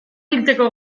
hiltzeko